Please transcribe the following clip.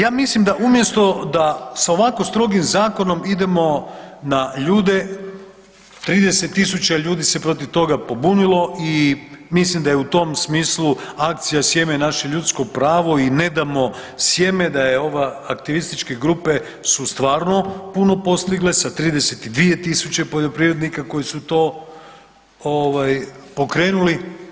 Ja mislim da umjesto da sa ovako strogim zakonom idemo na ljude, 30 tisuća ljudi se protiv toga pobunilo i mislim da je u tom smislu akcija „Sjeme je naše ljudsko pravo“ i „Ne damo sjeme“, da je ova aktivističke grupe su stvarno puno postigle sa 32 tisuće poljoprivrednika koje su to pokrenuli.